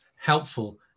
helpful